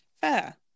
Fair